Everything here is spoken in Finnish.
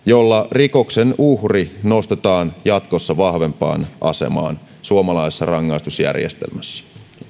rikoksen uhri nostetaan jatkossa vahvempaan asemaan suomalaisessa rangaistusjärjestelmässä